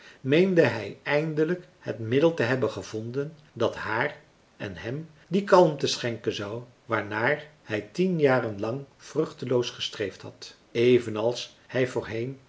meende hij eindelijk het middel te hebben gevonden dat haar en hem die kalmte schenken zou waarnaar hij tien jaren lang vruchteloos gestreefd had evenals hij voorheen